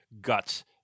guts